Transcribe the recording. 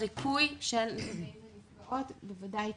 הריפוי של נפגעים ונפגעות, בוודאי קטינים.